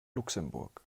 luxemburg